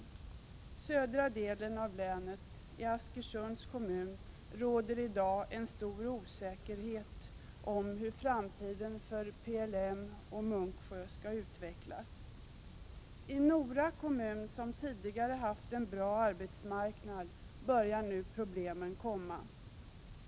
I södra delen av länet i Askersunds kommun råder i dag en osäkerhet om hur framtiden för PLM och Munksjö skall utveckla sig. I Nora kommun som tidigare haft en bra arbetsmarknad börjar nu problemen komma.